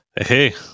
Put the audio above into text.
Hey